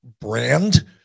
brand